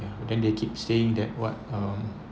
then they keep saying that what um